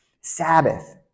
Sabbath